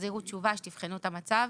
תחזירו תשובה, שתבחנו את המצב.